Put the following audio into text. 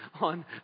on